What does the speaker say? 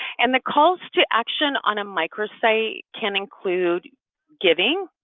and the calls to action on a micro site can include giving,